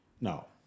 No